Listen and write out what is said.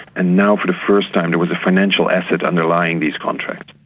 and now for the first time there was a financial asset underlying these contracts.